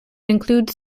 includes